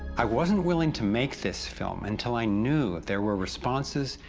i wasn't willing to make this film, until i knew, there were responses,